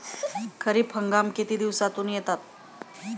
खरीप हंगाम किती दिवसातून येतात?